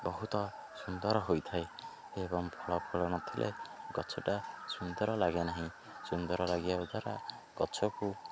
ବହୁତ ସୁନ୍ଦର ହୋଇଥାଏ ଏବଂ ଫଳ ଫୁଲ ନଥିଲେ ଗଛଟା ସୁନ୍ଦର ଲାଗେ ନାହିଁ ସୁନ୍ଦର ଲାଗିବା ଦ୍ୱାରା ଗଛକୁ